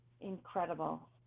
incredible